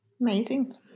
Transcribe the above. Amazing